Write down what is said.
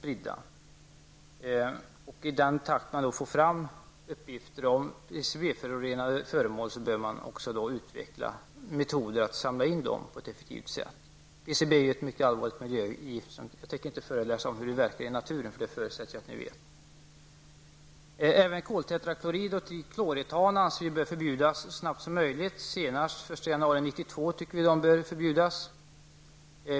I den takt man får fram uppgifter om PCB-förorenade föremål bör man utveckla metoder att samla in dessa på ett effektivt sätt. PCB är ju ett mycket allvarligt miljögift. Hur PCB verkar i naturen tänker jag nu inte tala om, eftersom jag förutsätter att ni känner till det. Även klortetraklorid och trikloretan anser vi bör förbjudas så snart som möjligt, senast den 1 januari 1992.